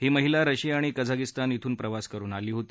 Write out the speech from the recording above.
ही महिला रशिया आणि कझाकस्तान बून प्रवास करून आली होती